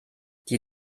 die